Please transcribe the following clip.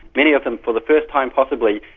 many of them for the first time, possibly,